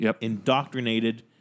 indoctrinated